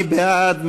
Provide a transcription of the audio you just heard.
מי בעד?